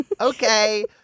Okay